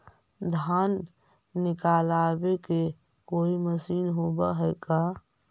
धान निकालबे के कोई मशीन होब है का?